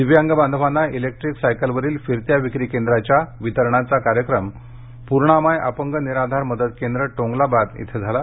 दिव्यांग बांधवांना इलेक्ट्रिक सायकलवरील फिरत्या विक्री केंद्राच्या वितरणाचा कार्यक्रम पूर्णामाय अपंग निराधार मदत केंद्र टोंगलाबाद इथे झाला